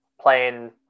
playing